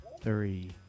Three